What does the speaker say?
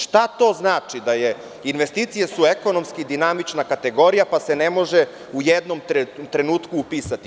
Šta to znači da su investicije ekonomski dinamična kategorija, pa se ne može u jednom trenutku upisati?